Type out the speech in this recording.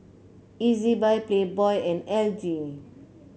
Ezbuy Playboy and L G